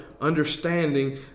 understanding